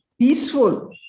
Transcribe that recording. peaceful